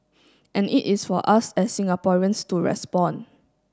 and it is for us as Singaporeans to respond